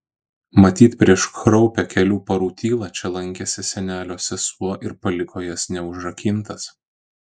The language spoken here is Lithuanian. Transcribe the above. matyt prieš kraupią kelių parų tylą čia lankėsi senelio sesuo ir paliko jas neužrakintas